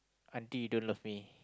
aunty don't love me